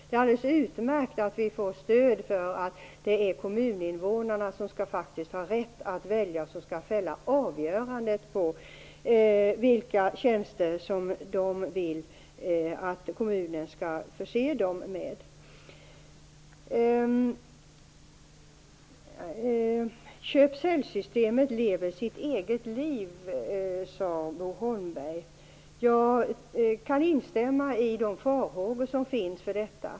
Det är alldeles utmärkt att vi får stöd för tanken att det faktiskt är kommuninvånarna som skall ha rätt att välja och som skall fälla avgörandet när det gäller vilka tjänster de vill att kommunen skall förse dem med. Bo Holmberg sade att köp--sälj-systemet lever sitt eget liv. Jag kan instämma i de farhågor som finns för detta.